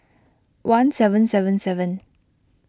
one seven seven seven